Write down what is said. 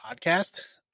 podcast